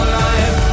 life